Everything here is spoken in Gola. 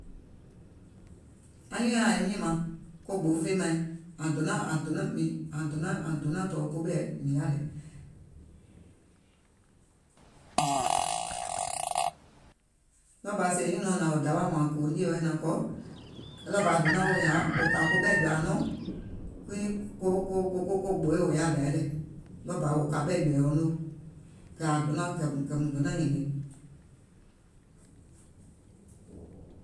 Anyùùŋ nyaŋ àim nyìmàŋ ko gboo fèemàiŋ, àŋ donàŋ àŋ donȧŋ àŋ donȧŋ tɔ̀ɔ̀ koɓɛ̀i mìŋ yaȧ lɛ. Ɗɔɔ bȧ sèè nyùnɔ̀ɔŋ hnàŋ dawa wààŋ kòò nie wɛɛ̀ naŋ kɔ̀, ɗɔɔ bà àŋ donàŋ woò wààŋ wò kà ɓɛ̀ jɔ̀ȧuŋ nɔɔ̀ŋ kuii ko gbooì wò yaà dai lɛ̀, ɗɔɔ bȧ wò kà ɓɛ̀ jɔ̀ɛ̀uŋ noo, kɛ̀ àŋ donàŋ kɛ̀ùm kɛ̀ùm donàŋ nyìmè.